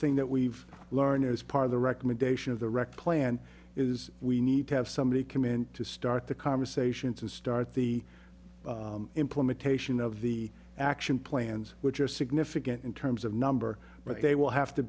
thing that we've learned as part of the recommendation of the wreck plan is we need to have somebody come in to start the conversation to start the implementation of the action plans which are significant in terms of number but they will have to